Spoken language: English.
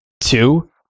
Two